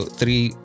three